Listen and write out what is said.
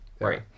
Right